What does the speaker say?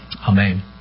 Amen